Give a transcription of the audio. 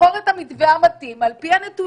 לבחור את המתווה המתאים על פי הנתונים